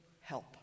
help